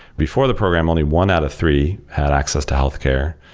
before the program, only one out of three had access to healthcare.